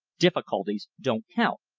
difficulties don't count.